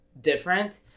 different